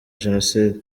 jenoside